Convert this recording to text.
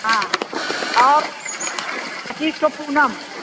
हाँ और पच्चीस ठो पूनम